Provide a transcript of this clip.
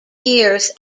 years